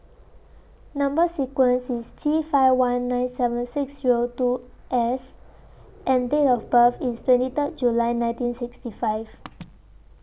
Number sequence IS T five one nine seven six Zero two S and Date of birth IS twenty Third July nineteen sixty five